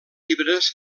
llibres